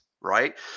right